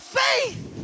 faith